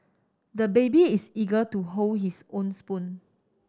the baby is eager to hold his own spoon